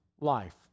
life